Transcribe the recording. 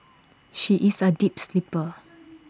she is A deep sleeper